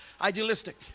Idealistic